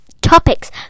topics